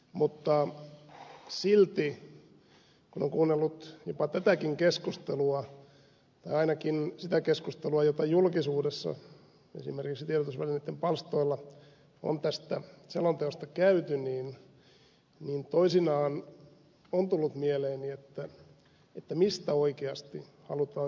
mutta silti kun olen kuunnellut jopa tätäkin keskustelua tai ainakin sitä keskustelua jota julkisuudessa esimerkiksi tiedotusvälineitten palstoilla on tästä selonteosta käyty niin toisinaan on tullut mieleeni mistä oikeasti halutaan keskustella